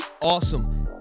Awesome